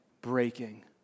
breaking